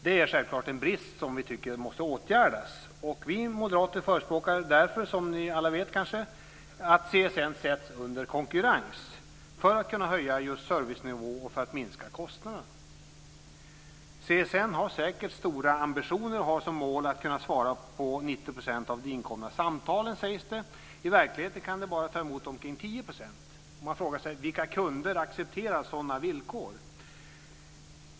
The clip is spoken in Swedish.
Detta är självklart en brist som vi tycker måste åtgärdas. Vi moderater förespråkar därför, som ni alla kanske vet, att CSN sätts under konkurrens, just för att kunna höja servicenivån och för att minska kostnaderna. CSN har säkert stora ambitioner och har som mål att kunna svara på 90 % av inkomna samtal, sägs det. I verkligheten kan man bara ta emot omkring 10 %. Man frågar sig vilka kunder som accepterar sådana villkor.